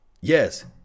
Yes